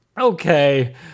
Okay